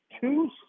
two